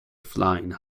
flying